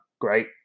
great